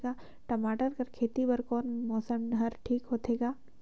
टमाटर कर खेती बर कोन मौसम हर ठीक होथे ग?